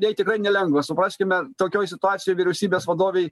jai tikrai nelengva supraskime tokioj situacijoj vyriausybės vadovei